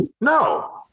No